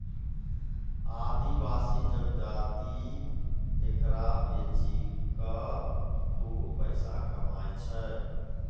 आदिवासी जनजाति एकरा बेची कॅ खूब पैसा कमाय छै